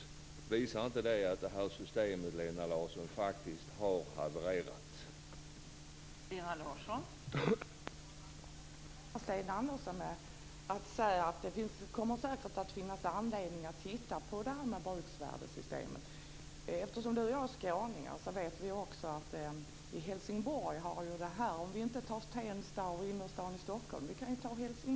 Visar inte det att systemet faktiskt har havererat, Lena Larsson?